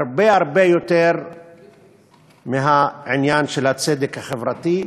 הרבה הרבה יותר מבעניין של הצדק החברתי,